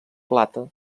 plata